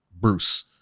Bruce